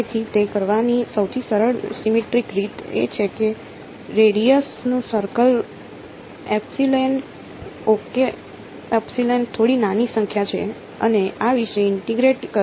તેથી તે કરવાની સૌથી સરળ સિમેટ્રિક રીત એ છે કે રેડિયસ નું સર્કલ એપ્સીલોન કરો